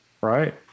Right